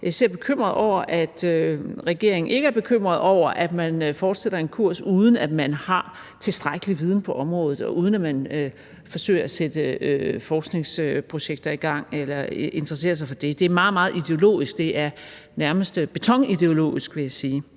ser med bekymring på, at regeringen ikke er bekymret over, at man fortsætter den kurs, uden at man har tilstrækkelig viden på området, og uden at man forsøger at sætte forskningsprojekter i gang eller interesserer sig for det. Det er meget, meget ideologisk – nærmest betonideologisk, vil jeg sige.